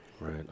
Right